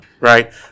right